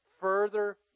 further